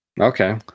Okay